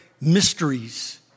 mysteries